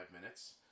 minutes